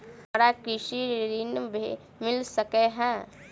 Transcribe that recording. हमरा कृषि ऋण मिल सकै है?